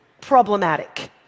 problematic